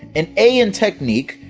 an a in technique,